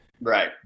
Right